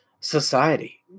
society